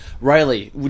Riley